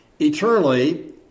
eternally